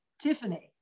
Tiffany